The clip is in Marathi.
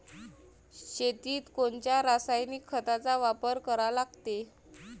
शेतीत कोनच्या रासायनिक खताचा वापर करा लागते?